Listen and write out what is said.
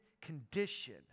condition